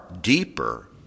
deeper